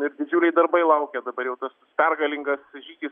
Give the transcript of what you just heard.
na ir didžiuliai darbai laukia dabar jau tos pergalingas žygis